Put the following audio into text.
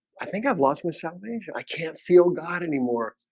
i think i've lost myself major. i can't feel god anymore